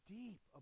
deep